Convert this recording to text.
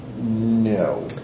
No